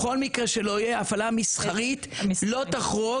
בכל מקרה שלא יהיה ההפעלה המסחרית לא תחרוג